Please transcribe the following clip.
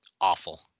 awful